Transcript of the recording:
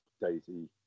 Daisy